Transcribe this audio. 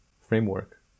framework